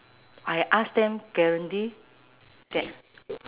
I ask them guarantee that